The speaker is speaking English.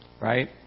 Right